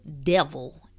devil